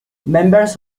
members